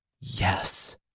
Yes